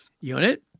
unit